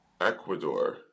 Ecuador